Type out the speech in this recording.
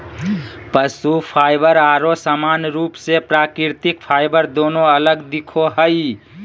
पशु फाइबर आरो सामान्य रूप से प्राकृतिक फाइबर दोनों अलग दिखो हइ